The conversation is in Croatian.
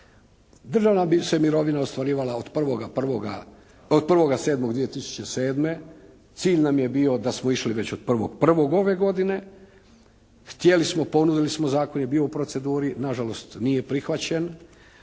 Državna bi se mirovina ostvarivala od 1.7.2007. Cilj nam je bio da smo išli već od 1.1. ove godine. Htjeli smo, ponudili smo, zakon je bio u proceduri. Nažalost, nije prihvaćen.